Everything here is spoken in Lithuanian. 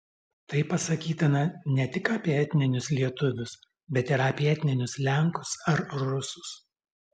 tai pasakytina ne tik apie etninius lietuvius bet ir apie etninius lenkus ar rusus